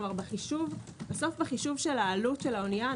כלומר בחישוב של העלות של האוניה,